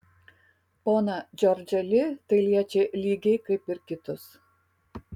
poną džordžą li tai liečia lygiai kaip ir kitus